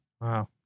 Wow